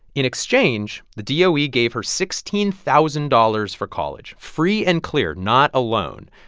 in exchange, the doe yeah gave her sixteen thousand dollars for college, free and clear, not a loan.